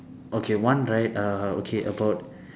okay one right uh okay about